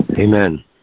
Amen